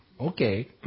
Okay